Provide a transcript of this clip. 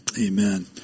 Amen